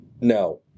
No